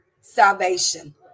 salvation